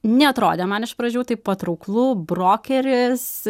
neatrodė man iš pradžių taip patrauklu brokeris